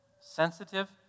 sensitive